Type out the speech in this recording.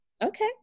Okay